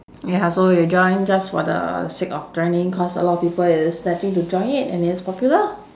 ya so you join just for the sake of joining cause a lot of people is starting to join it and it's popular